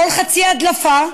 כל חצי הדלפה,